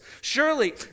Surely